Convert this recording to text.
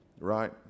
Right